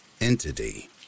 entity